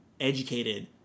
educated